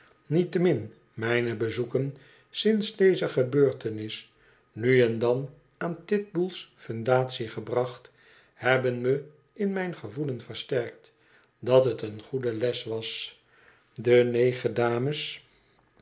niettemin mijne bezoeken sinds deze gebeurtenis nu en dan aan titbull's fundatie gebracht hebben me in mijn gevoelen versterkt dat het een goede les was de negen dames